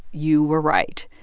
you were right.